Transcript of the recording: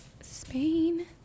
Spain